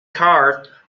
carved